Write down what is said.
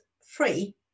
free